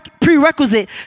prerequisite